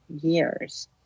years